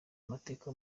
amateka